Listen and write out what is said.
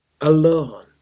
Alone